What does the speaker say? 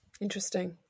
Interesting